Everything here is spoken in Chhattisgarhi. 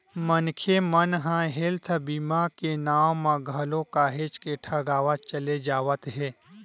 मनखे मन ह हेल्थ बीमा के नांव म घलो काहेच के ठगावत चले जावत हे